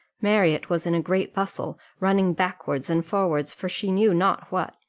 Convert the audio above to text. marriott was in a great bustle, running backwards and forwards for she knew not what,